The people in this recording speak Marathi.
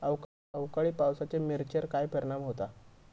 अवकाळी पावसाचे मिरचेर काय परिणाम होता?